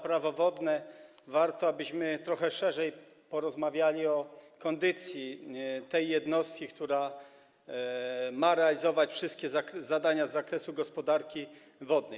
Prawo wodne, warto, abyśmy trochę szerzej porozmawiali o kondycji tej jednostki, która ma realizować wszystkie zadania z zakresu gospodarki wodnej.